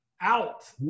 out